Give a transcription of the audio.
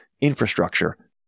infrastructure